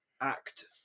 act